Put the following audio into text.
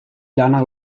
lanak